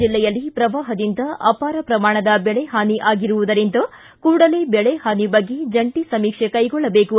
ಜಿಲ್ಲೆಯಲ್ಲಿ ಪ್ರವಾಹದಿಂದ ಅಪಾರ ಪ್ರಮಾಣದ ಬೆಳೆಹಾನಿ ಆಗಿರುವುದರಿಂದ ಕೂಡಲೇ ಬೆಳೆಹಾನಿ ಬಗ್ಗೆ ಜಂಟಿ ಸಮೀಕ್ಷೆ ಕೈಗೊಳ್ಳಬೇಕು